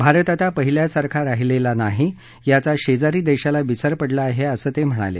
भारत आता पहिल्यासारखा राहिलेला नाही याचा शेजारी देशाला विसर पडला आहे असं ते म्हणाले